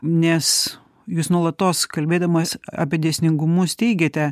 nes jūs nuolatos kalbėdamas apie dėsningumus teigiate